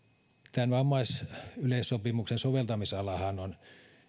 vammaisyleissopimuksen soveltamisalahan on